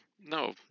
no